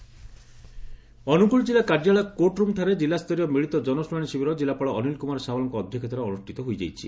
ଜନଶ୍ନଣାଣ ଅନୁଗୁଳ କିଲ୍ଲ କାର୍ଯ୍ୟାଳୟ କୋର୍ଚ ରୁମ୍ଠାରେ କିଲ୍ଲାସ୍ତରୀୟ ମିଳିତ ଜନଶୁଶାଶି ଶିବିର ଜିଲ୍ଲାପାଳ ଅନୀଲ କୁମାର ସାମଲଙ୍କ ଅଧ୍ଧକ୍ଷତାରେ ଅନୁଷ୍ଷତ ହୋଇଯାଇଛି